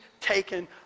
taken